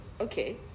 okay